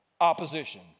opposition